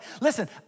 listen